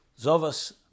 Zovas